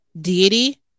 deity